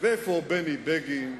ואיפה בני בגין,